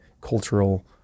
cultural